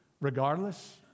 regardless